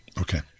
Okay